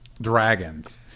dragons